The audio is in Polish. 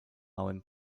małym